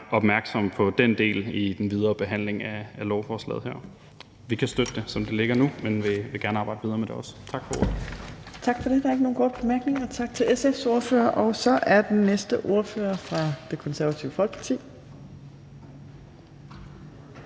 opmærksomme på den del i den videre behandling af lovforslaget. Vi kan støtte det, som det ligger nu, men vil også gerne arbejde videre med det. Tak for ordet. Kl. 20:16 Fjerde næstformand (Trine Torp): Tak for det. Der er ikke nogen korte bemærkninger. Tak til SF's ordfører. Den næste ordfører er fra Det Konservative Folkeparti.